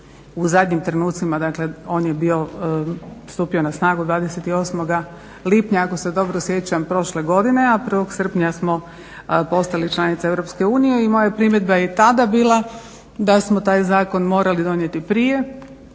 u zadnjim trenucima, dakle on je bio stupio na snagu 28. lipnja ako se dobro sjećam prošle godine, a 01. srpnja smo postali članica EU i moja primjedba je i tada bila da smo taj zakon morali donijeti prije,